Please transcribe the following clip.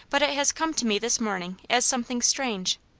but it has come to me this morning as something strange.